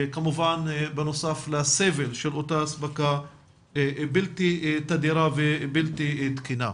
כמובן בנוסף לסבל של אותה אספקה בלתי תדירה ובלתי תקינה.